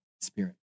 spirit